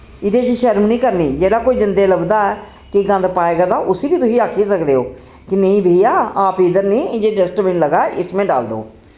एह्दे च शर्म निं करनी जेह्ड़ा कोई जंदे लब्भदा ऐ कि गंद पाए करदा ऐ उस्सी वी तुसी आक्खी सकदे हो कि नेईं भैया आप इद्धर निं यह डस्टबीन लगा ऐ इसमें डाल दो